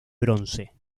bronce